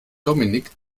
dominik